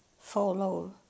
follow